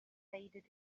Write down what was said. faded